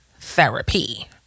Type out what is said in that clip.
therapy